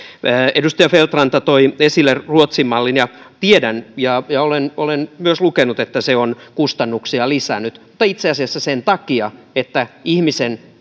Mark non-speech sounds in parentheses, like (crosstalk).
edustaja feldt ranta toi esille ruotsin mallin ja tiedän ja ja olen olen myös lukenut että se on kustannuksia lisännyt itse asiassa sen takia että ihmisen (unintelligible)